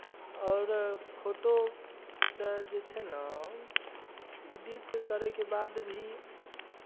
आओर फोटोकेँ जे छै ने एडिट करयके बाद भी